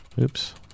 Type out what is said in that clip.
oops